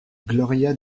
gloria